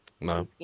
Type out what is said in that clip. No